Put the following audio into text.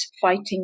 fighting